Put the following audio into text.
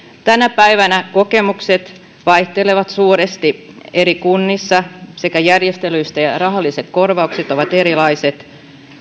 tänä päivänä kokemukset vaihtelevat suuresti eri kunnissa sekä järjestelyt että rahalliset korvaukset ovat erilaiset